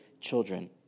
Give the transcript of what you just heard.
children